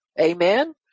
Amen